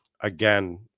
Again